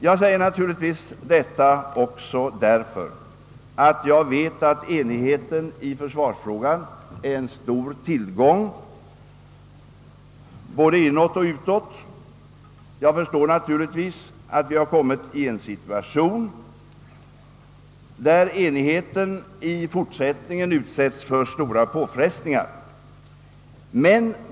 Jag säger detta även därför att jag vet att enighet i försvarsfrågan är en stor tillgång både inåt och utåt, men jag förstår na turligtvis att vi befinner oss i en situation där enigheten kommer att utsättas för stora påfrestningar.